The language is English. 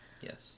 yes